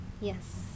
Yes